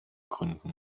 gründen